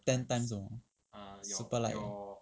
ten times super like ah